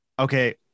Okay